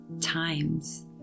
times